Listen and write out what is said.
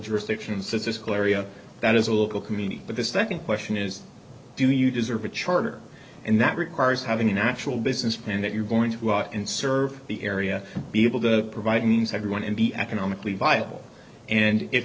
jurisdiction physical area that is a local community but the second question is do you deserve a charter and that requires having a natural business plan that you're going to walk and serve the area be able to provide means everyone and be economically viable and if